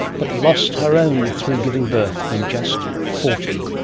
but lost her own through giving birth when just forty.